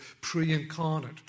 pre-incarnate